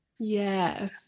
Yes